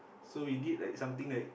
so we did like something like